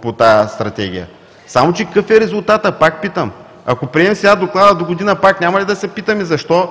по тази Стратегия. Само че какъв е резултатът, пак питам? Ако приемем сега доклада, догодина пак няма ли да се питаме – защо